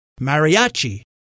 mariachi